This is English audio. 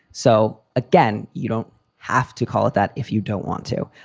so, again, you don't have to call it that if you don't want to.